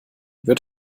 wird